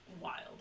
wild